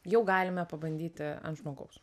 jau galime pabandyti ant žmogaus